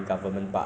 uh